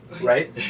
right